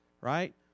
right